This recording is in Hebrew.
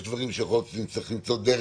יש דברים שיכול להיות שנצטרך למצוא דרך